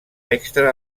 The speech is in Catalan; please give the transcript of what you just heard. extra